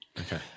Okay